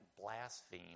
blaspheme